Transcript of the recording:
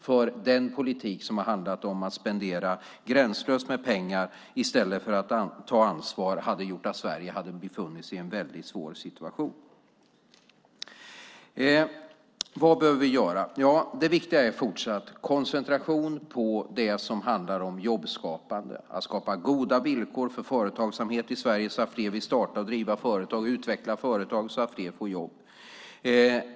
För den politik som har handlat om att spendera gränslöst med pengar i stället för att ta ansvar hade gjort att Sverige skulle ha befunnit sig i en väldigt svår situation. Vad behöver vi göra? Det viktiga är fortsatt koncentration på det som handlar om jobbskapande, att skapa goda villkor för företagsamhet i Sverige så att fler vill starta och driva företag och utveckla företag så att fler får jobb.